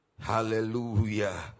Hallelujah